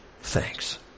thanks